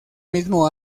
mismo